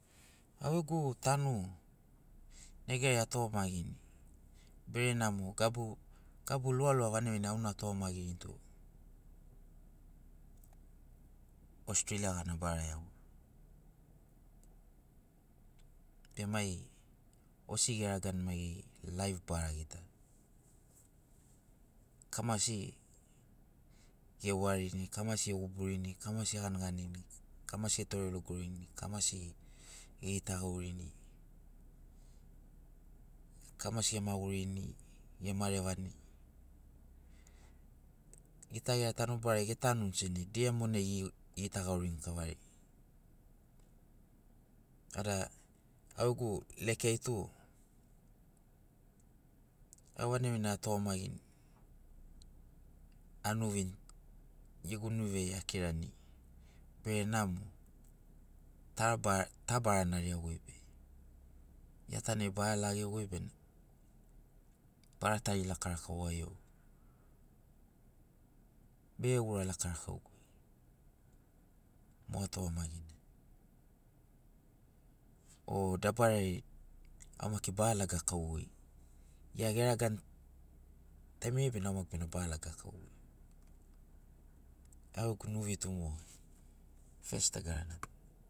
Au ḡegu tanu negariai atuḡamaḡini bere namo gabu gabu lualua vanaḡi vanaḡi auna atuḡamaḡirito ostreilia ḡana bara iaḡo e mai osi eragani maiḡeri laiv bara ḡita kamasi euwarini kamasi eḡuburini kamasi eḡaniḡanini kamasi etorelogorini kamasi eḡitaḡaurini kamasi emaḡurini emarevani ḡita ḡera tanobarai ḡetanuni senaḡi dia monai eḡitaḡaurini kavari vada ḡegu leke ai tu au vanaḡi vanaḡi atuḡamaĝini anuvini ḡegu nuviai akirani bere namo ta bara nariaḡoi be iatanai ba lageḡoi bena bara tari lakaulakaua be ḡura lakaulakaugu moa tuḡamaḡina o dabarai au maki ba lagakauḡoi ḡia eragani taimiriai bena au maki ba lagakauḡoi au ḡegu nuvi tu moḡa fest dagarana